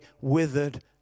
withered